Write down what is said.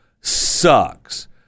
sucks